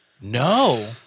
No